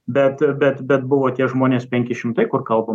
bet bet bet buvo tie žmonės penki šimtai kur kalbam